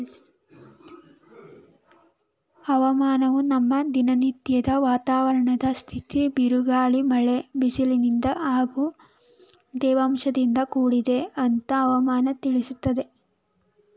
ಹವಾಮಾನವು ನಮ್ಮ ದಿನನತ್ಯದ ವಾತಾವರಣದ್ ಸ್ಥಿತಿ ಬಿರುಗಾಳಿ ಮಳೆ ಬಿಸಿಲಿನಿಂದ ಹಾಗೂ ತೇವಾಂಶದಿಂದ ಕೂಡಿದೆ ಅಂತ ಹವಾಮನ ತಿಳಿಸ್ತದೆ